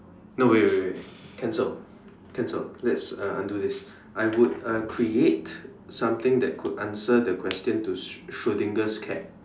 no wait wait wait cancel cancel let's uh undo this I would uh create something that could answer the question to s~ cat